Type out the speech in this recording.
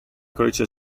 codice